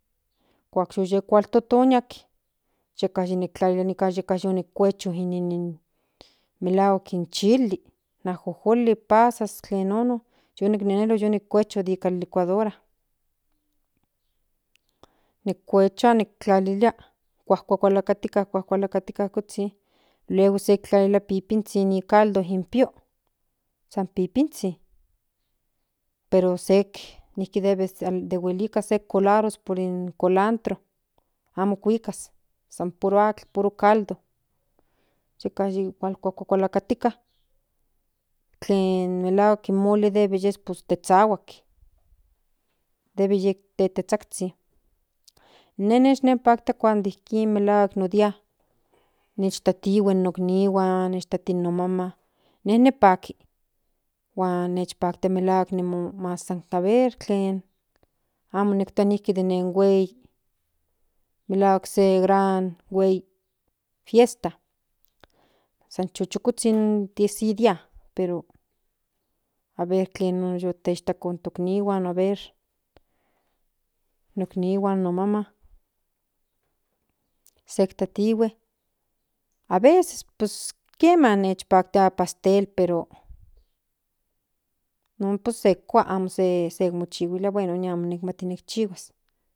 Kuak yutotonia yeka kuak tlalilia yeka yu ni kuecho inin melahuak in chili in ajojolin pazas tlen non yu niknenelo yu ni kuecho nipan licuadora nikuechua nitlalilia kuajkualakatikatl kozhin luego se kintlalilia pipinzhin in caldo den pio pero sek nijki debe se colaros nikan cilantro amo kuikas san puro atl puro caldo yeka yi kuakalakatikatl tlen melahuak in moli yes pues tezhahua debe yik pipizhajki nen nishpaktia cuando ijkin mlahuak no dia nishtatihue no iknihuan nishtati no maman ine ni paki huan nishpaktia malhuak aver tlen amo nikpia nijki den ne huei melahuak se gran guei fiesta san chukukuzhin yes sen dia pero aver tlen nono to techtako non no iknihuan aver no maman aveces pus kiema nichpaktia in pastel pero non se kua amo nikchihuilia bueno amo ni mati se ikchihua.